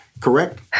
Correct